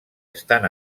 estan